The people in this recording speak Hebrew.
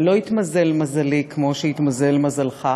אבל לא התמזל מזלי כמו שהתמזל מזלך,